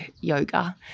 yoga